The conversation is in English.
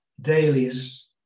dailies